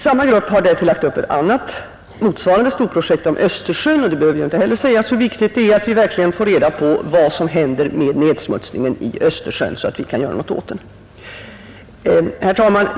Samma grupp har också tagit upp ett motsvarande storprojekt om Nr 63 Östersjön, och det behöver ju inte heller sägas hur viktigt det är att Fredagen den verkligen få reda på vad som händer med nedsmutsningen av Östersjön 16 april 1971 och vad som kan göras åt den. RR Herr talman!